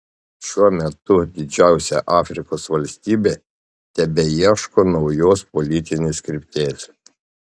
šiuo metu didžiausia afrikos valstybė tebeieško naujos politinės krypties